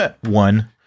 One